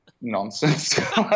nonsense